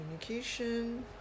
communication